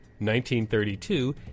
1932